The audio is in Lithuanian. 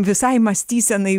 visai mąstysenai